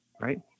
Right